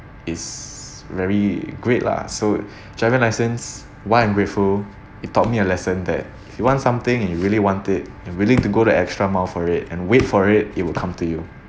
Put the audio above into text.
it's very great lah so driving license what I'm grateful it taught me a lesson that if you want something and you really want it and willing to go the extra mile for it and wait for it it will come to you